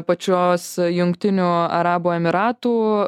pačios jungtinių arabų emyratų